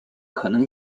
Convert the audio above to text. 可能